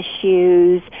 issues